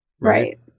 Right